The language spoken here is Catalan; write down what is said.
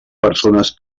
persones